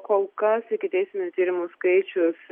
kol kas ikiteisminių tyrimų skaičius